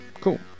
Cool